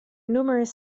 numerous